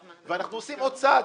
ואנחנו עושים עוד צעד.